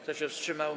Kto się wstrzymał?